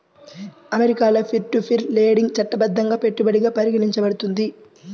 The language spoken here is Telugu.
అమెరికాలో పీర్ టు పీర్ లెండింగ్ చట్టబద్ధంగా పెట్టుబడిగా పరిగణించబడుతుంది